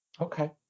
Okay